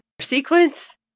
sequence